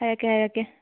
ꯍꯥꯏꯔꯛꯀꯦ ꯍꯥꯏꯔꯛꯀꯦ